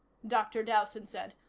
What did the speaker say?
dr. dowson said.